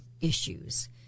issues